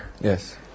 Yes